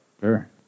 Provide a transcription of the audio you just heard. Sure